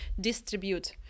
distribute